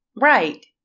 right